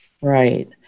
Right